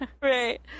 right